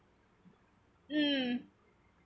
mm